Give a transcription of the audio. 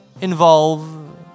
involve